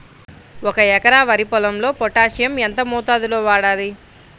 ఒక ఎకరా వరి పొలంలో పోటాషియం ఎంత మోతాదులో వాడాలి?